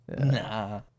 Nah